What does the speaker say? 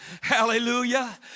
Hallelujah